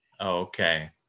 Okay